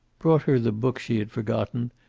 brought her the book she had forgotten,